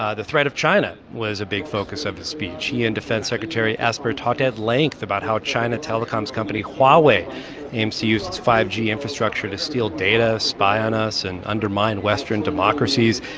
ah the threat of china was a big focus of his speech. he and defense secretary esper talked at length about how china telecoms company huawei aims to use its five g infrastructure to steal data, spy on us and undermine western democracies.